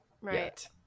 Right